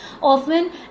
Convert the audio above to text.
often